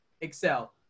Excel